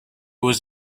was